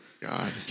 God